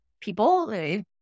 people